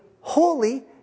holy